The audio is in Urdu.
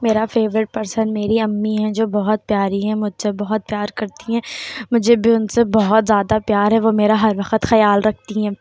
میرا فیوریٹ پرسن میری امی ہیں جو بہت پیاری ہیں مجھ سے بہت پیار کرتی ہیں مجھے بھی ان سے بہت زیادہ پیار ہے وہ میرا ہر وقت خیال رکھتی ہیں